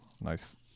nice